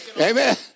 Amen